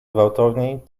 gwałtowniej